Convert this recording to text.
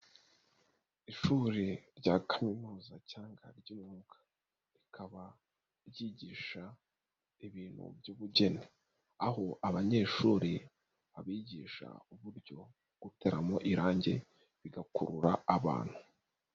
Ishuri rya kaminuza cyangwa ry'muwuga, rikaba ryigisha ibintu by'ubugeni, aho abanyeshuri abigisha uburyo gutarama irangi, bigakurura abantu.